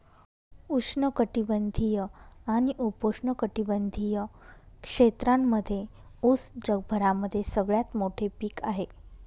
उष्ण कटिबंधीय आणि उपोष्ण कटिबंधीय क्षेत्रांमध्ये उस जगभरामध्ये सगळ्यात मोठे पीक आहे